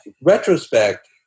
retrospect